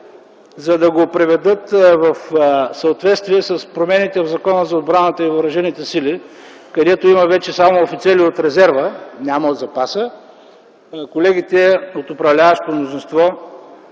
За да го приведат в съответствие с промените в Закона за отбраната и въоръжените сили, където има само офицери от резерва, а няма офицери от запаса, колегите от управляващото мнозинство